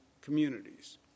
communities